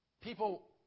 people